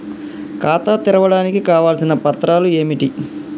ఖాతా తెరవడానికి కావలసిన పత్రాలు ఏమిటి?